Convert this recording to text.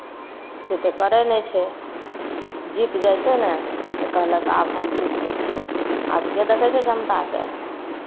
से तऽ करै नहि छै जीत जाइ छै ने तऽ कहलक आब हम जीत गेलियै आब के देखै छै जनताकेँ